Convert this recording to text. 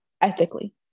ethically